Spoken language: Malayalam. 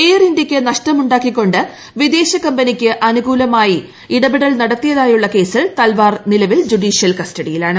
എയർ ഇന്ത്യക്ക് നഷ്ടമുണ്ടാക്കിക്കൊണ്ട് വിദേശകമ്പനിക്ക് അനുകൂലമായി ഇടപെടൽ നടത്തിയതായുള്ള മറ്റൊരു കേസിൽ തൽവാർ നിലവിൽ ജുഡീഷ്യൽ കസ്റ്റഡിയിലാണ്